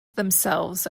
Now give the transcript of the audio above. themselves